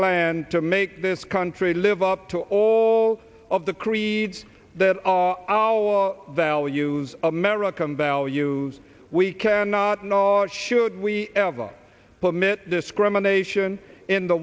land to make this country live up to all of the creeds that all our values american values we cannot nor should we ever permit discrimination in the